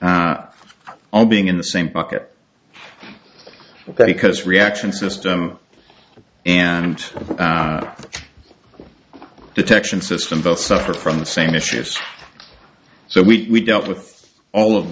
all being in the same bucket ok because reaction system and detection system both suffer from the same issues so we dealt with all of